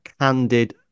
candid